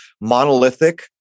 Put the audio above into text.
monolithic